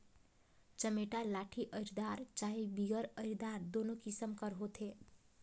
चमेटा लाठी अरईदार चहे बिगर अरईदार दुनो किसिम कर होथे